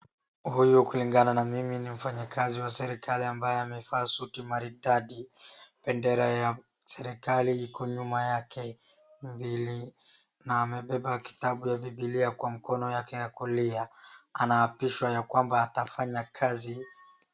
Huyu kulingana mimi ni mfanyakazi wa serikali ambaye amevaa suti maridadi, bendera ya serikali iko nyuma yake mbili na amebeba kitabu ya Bibilia kwa mkono yake ya kulia. Anaapishwa ya kwamba atafanya kazi.